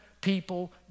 people